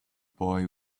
boy